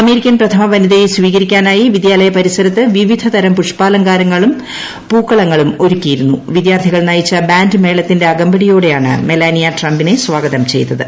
American പ്രഥമ വനിതയെ സ്വീകരിക്കാനായി വിദ്യാലയ പരിസരത്ത് വിവിധ തരം പുഷ്പാലങ്കാരങ്ങളും പൂക്കളങ്ങളും വിദ്യാർത്ഥികൾ നയിച്ച ബാൻഡ് മേളത്തിന്റെ അകമ്പടിയോടെയാണ് മെലാനിയ ട്രംപിനെ സ്വാഗതം ചെയ്തത്